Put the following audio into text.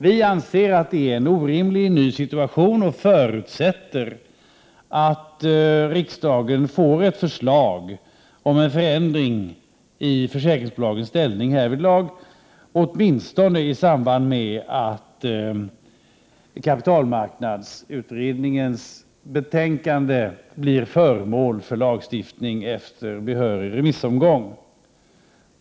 Vi anser att detta är en orimlig ny situation, och vi förutsätter att riksdagen får ett förslag om en förändring i försäkringsbolagens ställning härvidlag, åtminstone i samband med att kapitalmarknadsutredningens betänkande blir föremål för lagstiftning efter behörig remissomgång.